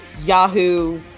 Yahoo